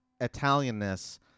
Italianness